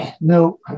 no